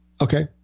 Okay